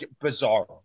bizarre